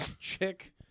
chick